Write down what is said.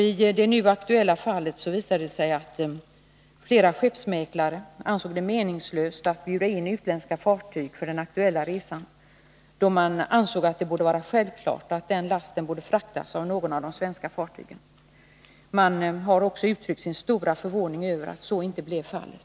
I det nu aktuella fallet visar det sig att flera skeppsmäklare ansåg det meningslöst att bjuda in utländska fartyg för den aktuella resan då man tyckte att det borde vara självklart att den lasten skulle fraktas av något av de svenska fartygen. Man har också uttryckt sin stora förvåning över att så inte blev fallet.